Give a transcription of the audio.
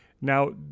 Now